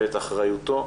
ואת אחריותו,